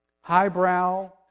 highbrow